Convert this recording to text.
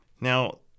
Now